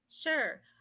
Sure